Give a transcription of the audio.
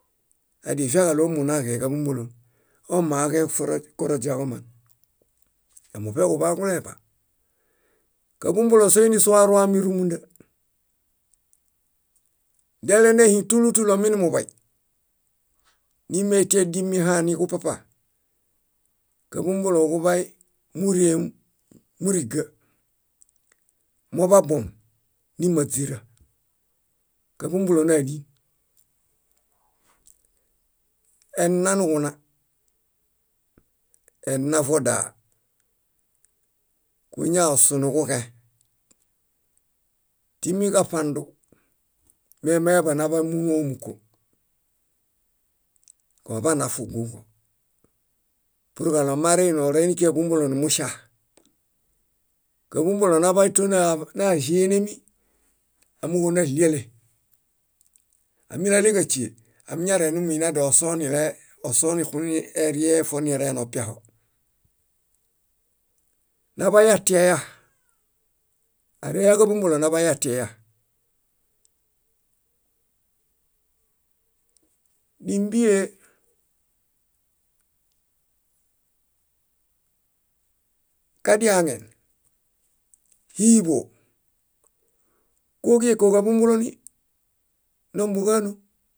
. Adifiaġaɭo ómunaġẽġaḃombolõ: omaoġẽ fo- koroźaġoman. Namuṗeġuḃaġuleḃa. Káḃombolõ c’est unisuar waruami rúmunda. Dialenehiŋ túlutulu ominuḃay, ni míetiaedimi haan niġupapa, káḃombolõ kuḃay múreum múriga: moḃabom nímaźira. Káḃombolõ nádin. Ennanuġuna, ennavodaa, kuñaossu nuġuġẽ timiġaṗandu memañaḃanaḃay múlomuko. Oḃanafugu purġaɭo mareiniore níkiġaḃombolõ numuŝa. Káḃombolõ naḃay tóna- náĵenemi amooġo náɭiale. Ámilaleġaśie, amiñare numuiniediɭo osonilee osonixuniriee fonirenopiaho. Naḃayatiaya, areyaġáḃombolõ naḃayatiaya. Nímbie kadiaŋe, híiḃo kóġie kóġaḃomboloŋi, nombuġo ánom.